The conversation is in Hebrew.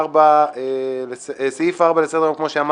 נמנעים, אין